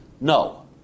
No